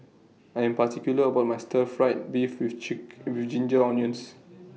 I Am particular about My Stir Fried Beef with chick with Ginger Onions